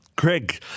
Craig